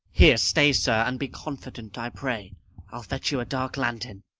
here stay, sir, and be confident, i pray i ll fetch you a dark lantern.